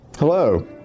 Hello